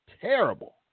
terrible